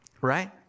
Right